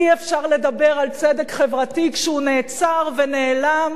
אי-אפשר לדבר על צדק חברתי כשהוא נעצר ונעלם